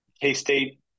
k-state